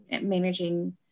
managing